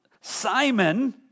Simon